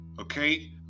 okay